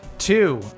two